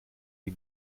die